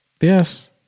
Yes